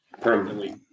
permanently